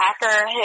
hacker